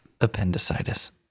Appendicitis